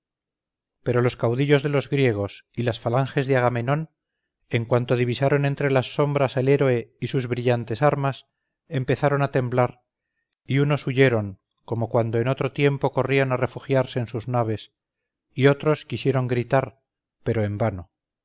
pero los caudillos de los griegos y las falanges de agamenón en cuanto divisaron entre las sombras al héroe y sus brillantes armas empezaron a temblar y unos huyeron como cuando en otro tiempo corrían a refugiarse en sus naves y otros quisieron gritar pero en vano